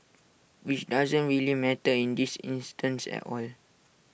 which doesn't really matter in this instance at all